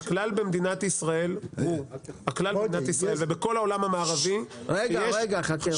הכלל במדינת ישראל ובכל העולם המערבי שיש